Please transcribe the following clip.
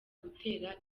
gutera